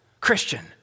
Christian